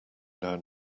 down